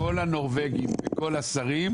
במיוחד בימי שני ורביעי,